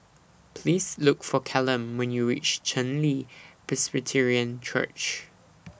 Please Look For Callum when YOU REACH Chen Li Presbyterian Church